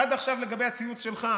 עד עכשיו לגבי הציוץ שלך,